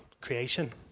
creation